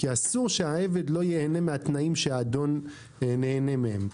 כי אסור שהעבד לא ייהנה מהתנאים שהאדון נהנה מהם.